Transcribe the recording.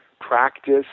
practice